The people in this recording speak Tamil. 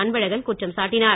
அன்பழகன் குற்றம் சாட்டினார்